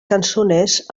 cançoners